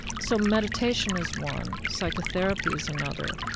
so meditation is one, psychotherapy is another,